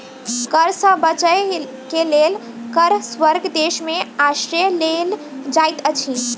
कर सॅ बचअ के लेल कर स्वर्ग देश में आश्रय लेल जाइत अछि